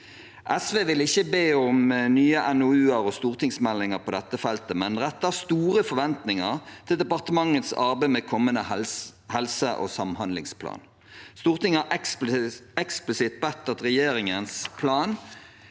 SV vil ikke be om nye NOU-er og stortingsmeldinger på dette feltet, men har store forventninger til departementets arbeid med kommende helse- og samhandlingsplan. Stortinget har eksplisitt bedt om at regjeringens plan